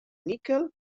níquel